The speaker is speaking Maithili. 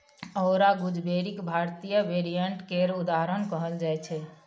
औरा गुजबेरीक भारतीय वेरिएंट केर उदाहरण कहल जाइ छै